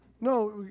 No